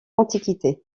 antiquité